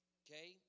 okay